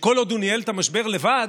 שכל עוד הוא ניהל את המשבר לבד,